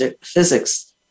physics